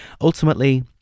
Ultimately